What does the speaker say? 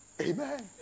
Amen